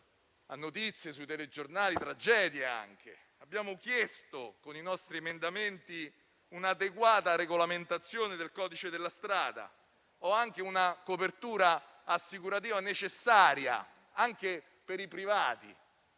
conoscenza dai telegiornali delle tragedie avvenute. Abbiamo chiesto con i nostri emendamenti un'adeguata regolamentazione del codice della strada o una copertura assicurativa necessaria anche per i privati.